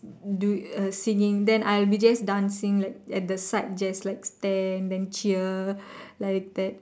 do uh singing then I will be just dancing at the side just like stand then cheer like that